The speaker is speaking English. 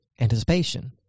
anticipation